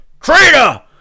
Traitor